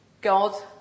God